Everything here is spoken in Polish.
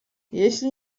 jeśli